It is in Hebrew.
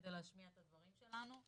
כדי להשמיע את הדברים שלנו.